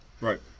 Right